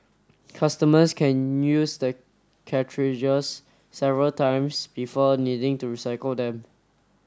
customers can use the cartridges several times before needing to recycle them